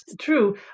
True